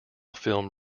film